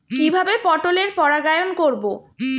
কিভাবে পটলের পরাগায়ন করব?